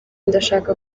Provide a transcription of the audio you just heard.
ndashaka